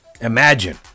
Imagine